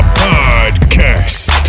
podcast